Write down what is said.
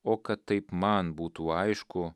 o kad taip man būtų aišku